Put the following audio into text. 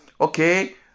okay